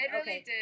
okay